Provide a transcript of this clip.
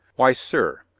why, sir,